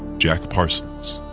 jack parsons.